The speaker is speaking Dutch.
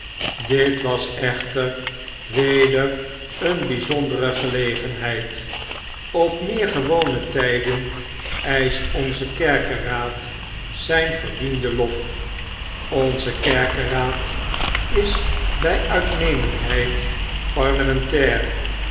dit was echter weder een byzondere gelegenheid op meer gewone tyden eischt onze kerkeraad zyn verdienden lof onze kerkeraad is by uitnemendheid